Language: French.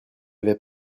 avait